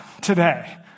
today